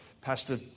Pastor